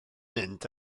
mynd